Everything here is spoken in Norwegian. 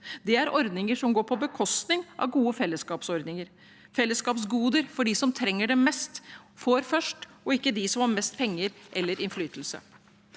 Det er ordninger som går på bekostning av gode felleskapsordninger, felleskapsgoder der de som trenger det mest, får først, ikke de som har mest penger eller innflytelse.